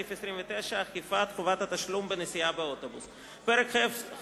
סעיף 29 (אכיפת חובת התשלום בנסיעה באוטובוס); פרק ח',